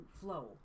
flow